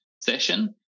session